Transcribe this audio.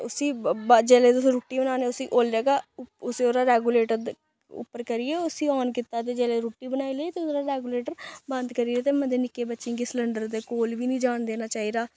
उस्सी जल्लै तुसें रुट्टी बनानी उस्सी औल्ले गै उस्सी ओह्दा रैगुलेटर उप्पर करियै उस्सी आन कीता ते जेल्लै रुट्टी बनाई लेई ते ओह्दा रेगुलेटर बंद करियै ते मते निक्के बच्चें गी सलैंडर दे कोल बी निं जान देना चाहिदा